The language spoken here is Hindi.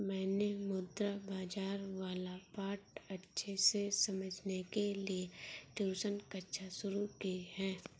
मैंने मुद्रा बाजार वाला पाठ अच्छे से समझने के लिए ट्यूशन कक्षा शुरू की है